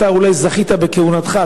אתה אולי זכית בכהונתך.